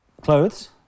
Clothes